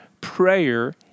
Prayer